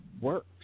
works